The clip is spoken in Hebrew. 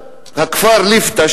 הכפר ליפתא,